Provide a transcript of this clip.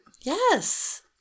Yes